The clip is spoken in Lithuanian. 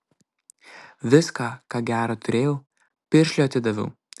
viską ką gera turėjau piršliui atidaviau